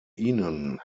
ihnen